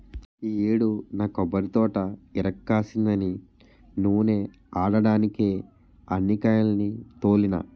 ఈ యేడు నా కొబ్బరితోట ఇరక్కాసిందని నూనే ఆడడ్డానికే అన్ని కాయాల్ని తోలినా